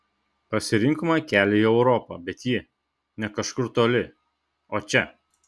pasirinkome kelią į europą bet ji ne kažkur toli o čia